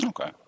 okay